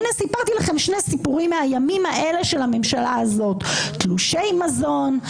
הינה סיפרתי לכם שני סיפורים מהימים האלה של הממשלה הזאת: תלושי מזון,